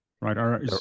right